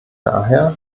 daher